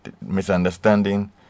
misunderstanding